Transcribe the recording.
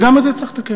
וגם את זה צריך לתקן.